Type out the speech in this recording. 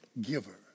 giver